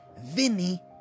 Vinny